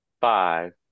Five